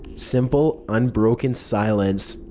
simple, unbroken silence.